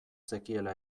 zekiela